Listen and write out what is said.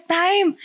time